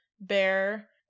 bear